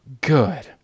good